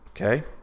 okay